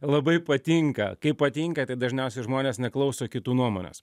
labai patinka kai patinka tai dažniausiai žmonės neklauso kitų nuomonės